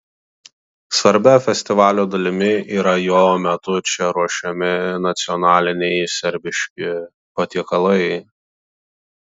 svarbia festivalio dalimi yra jo metu čia ruošiami nacionaliniai serbiški patiekalai